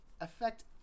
affect